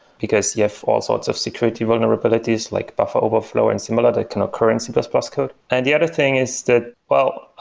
because you have all sorts of security vulnerabilities, like buffer overflow and similar that can occur in c plus plus code. and the other thing is that well,